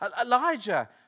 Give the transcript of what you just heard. Elijah